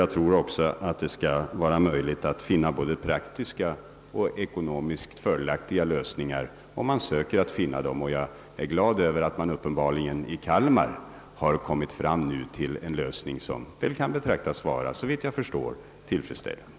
Jag tror också att det skall vara möjligt att nå både praktiska och ekonomiskt fördelaktiga lösningar om man söker finna sådana. Det gläder mig att man i Kalmar-fallet som fru Torbrink åberopade erfarenhet av uppenbarligen nu har kommit fram till en lösning som, såvitt jag förstår, kan anses vara tillfredsställande.